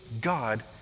God